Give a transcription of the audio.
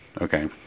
Okay